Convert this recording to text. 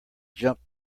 jumped